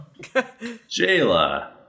Jayla